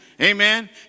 amen